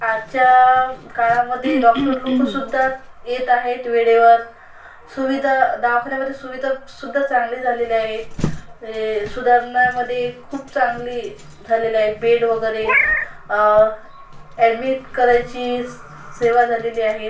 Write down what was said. आजच्या काळामध्ये डॉक्टरलोकसुद्धा येत आहेत वेळेवर सुविधा दवाखान्यामध्ये सुविधासुद्धा चांगली झालेली आहेत ए सुधारणांमध्ये खूप चांगली झालेली आहे बेड वगैरे ॲडमित करायची सेवा झालेली आहेत